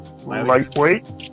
Lightweight